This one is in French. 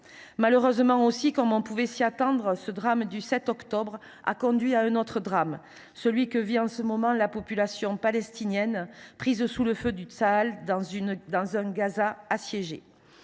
Malheureusement, comme on pouvait s’y attendre, le drame du 7 octobre a conduit à un autre drame, celui que vit en ce moment la population palestinienne, prise sous le feu de Tsahal dans Gaza assiégé.